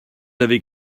avez